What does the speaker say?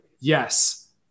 Yes